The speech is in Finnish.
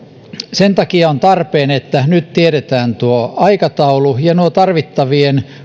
sen takia on tarpeen että nyt tiedetään tuo aikataulu ja nuo tarvittavien